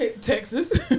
Texas